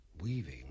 weaving